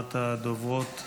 ראשונת הדוברות,